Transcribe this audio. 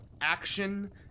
action